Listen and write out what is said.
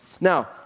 Now